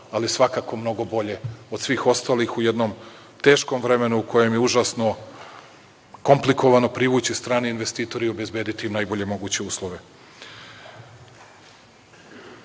ali svakako mnogo bolje od svih ostalih u jednom teškom vremenu u kojem je užasno komplikovano privući strane investitore i obezbediti im najbolje moguće uslove. To